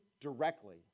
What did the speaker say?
directly